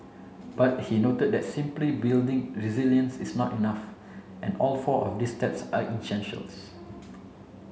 but he noted that simply building resilience is not enough and all four of these steps are essentials